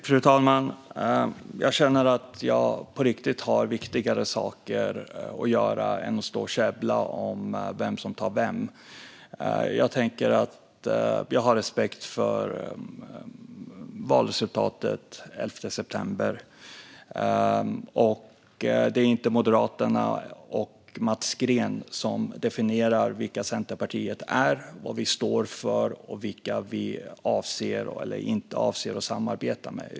Fru talman! Jag känner att jag på riktigt har viktigare saker att göra än att stå och käbbla om vem som tar vem. Jag har respekt för valresultatet den 11 september. Det är inte Moderaterna och Mats Green som definierar vilka Centerpartiet är, vad vi står för och vilka vi avser eller inte avser att samarbeta med.